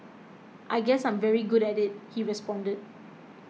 I guess I'm very good at it he responded